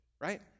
right